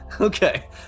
okay